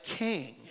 king